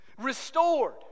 restored